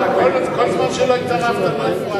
כל זמן שלא התערבת לא הפרעת.